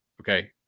Okay